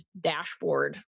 dashboard